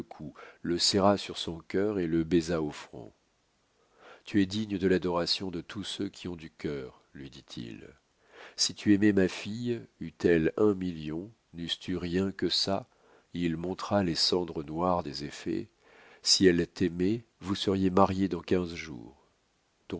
le serra sur son cœur et le baisa au front tu es digne de l'adoration de tous ceux qui ont du cœur lui dit-il si tu aimais ma fille eût-elle un million neusses tu rien que ça il montra les cendres noires des effets si elle t'aimait vous seriez mariés dans quinze jours